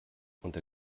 unter